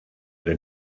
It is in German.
der